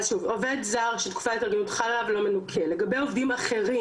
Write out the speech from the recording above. לגבי עובדים אחרים שלא חלה עליהם תקופת ההתארגנות,